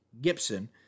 Gibson